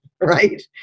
right